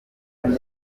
kane